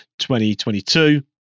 2022